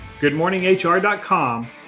GoodMorningHR.com